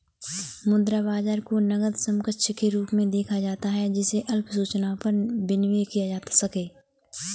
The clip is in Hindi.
मुद्रा बाजार को नकद समकक्ष के रूप में देखा जाता है जिसे अल्प सूचना पर विनिमेय किया जा सके